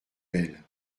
belle